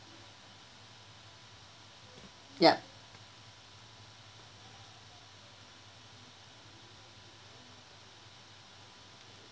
yup